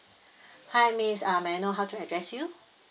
hi miss uh may I know how to address you